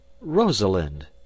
rosalind